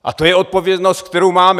A to je odpovědnost, kterou máme.